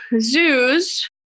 zoos